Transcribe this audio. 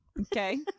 Okay